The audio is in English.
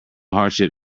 hardship